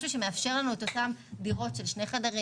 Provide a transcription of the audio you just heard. משהו שמאפשר לנו את אותן דירות של שני חדרים,